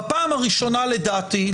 בפעם הראשונה לדעתי,